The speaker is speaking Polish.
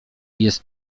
jest